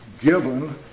given